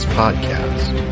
podcast